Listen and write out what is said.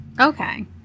Okay